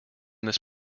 this